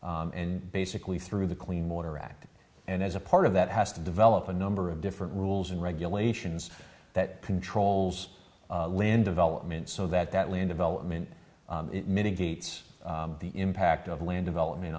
water and basically through the clean water act and as a part of that has to develop a number of different rules and regulations that controls land development so that that land of element mitigates the impact of land development